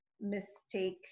mistake